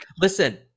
Listen